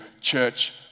church